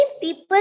people